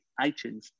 iTunes